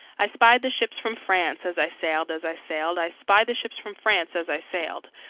i spyed the ships from france, as i sailed, as i sailed, i spyed the ships from france, as i sailed,